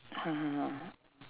(uh huh)